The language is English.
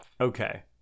Okay